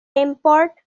tempered